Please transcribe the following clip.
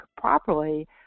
properly